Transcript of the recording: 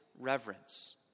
reverence